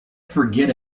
forget